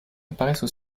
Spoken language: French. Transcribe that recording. apparaissent